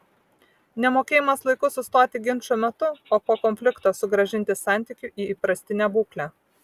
nemokėjimas laiku sustoti ginčo metu o po konflikto sugrąžinti santykių į įprastinę būklę